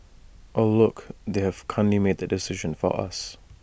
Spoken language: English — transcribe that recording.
oh look they've kindly made the decision for us